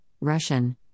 Russian